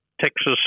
Texas